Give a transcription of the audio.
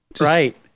right